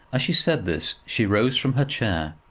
as she said this she rose from her chair,